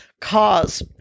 cause